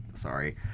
sorry